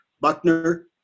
Buckner